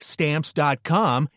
Stamps.com